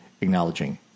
acknowledging